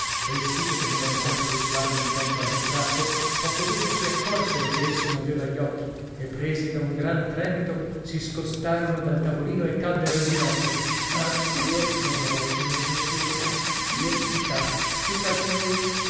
essi che tenevano sempre lo sguardo intento al ritratto poco dopo si accorsero che esso moveva gli occhi e presi da un gran tremito si scostarono dal tavolino e caddero in ginocchio ah zio mormorò la signora geltrude ah zio pietà pietà di noi